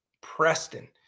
Preston